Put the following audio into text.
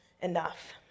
enough